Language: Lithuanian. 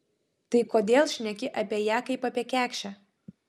tai kodėl šneki apie ją kaip apie kekšę